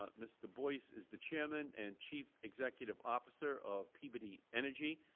ah mr. boyce is the chairman and chief executive officer of peabody energy.